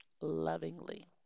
lovingly